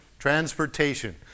Transportation